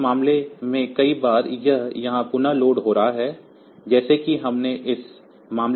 तो उस मामले में कई बार यह यहाँ पुनः लोड हो रहा है जैसा कि हमने इस मामले में किया है